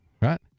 Right